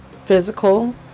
physical